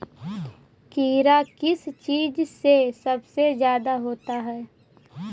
कीड़ा किस चीज से सबसे ज्यादा होता है?